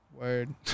word